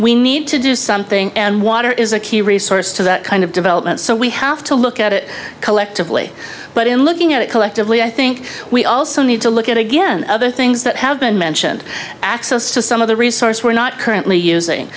we need to do something and water is a key resource to that kind of development so we have to look at it collectively but in looking at it collectively i think we also need to look at again other things that have been mentioned access to some of the resource we're not currently using